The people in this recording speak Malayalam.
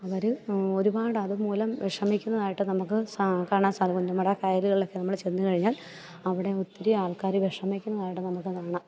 അവര് ഒരുപാട് അത് മൂലം വിഷമിക്കുന്നതായിട്ട് നമുക്ക് കാണാൻ സാധിക്കുന്നുണ്ട് പുന്നമട കായലുകളിലൊക്കെ നമ്മൾ ചെന്നുകഴിഞ്ഞാൽ അവിടെ ഒത്തിരി ആൾക്കാര് വിഷമിക്കുന്നതായിട്ട് നമുക്ക് കാണാം